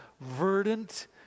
verdant